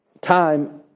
time